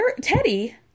Teddy